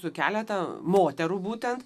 su keleta moterų būtent